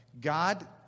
God